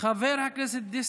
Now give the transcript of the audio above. חבר הכנסת דוד אמסלם,